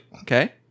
Okay